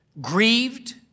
grieved